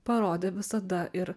parodė visada ir